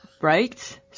Right